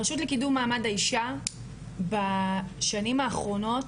הרשות לקידום מעמד האישה בשנים האחרונות